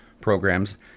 programs